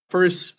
First